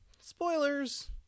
spoilers